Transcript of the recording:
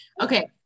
Okay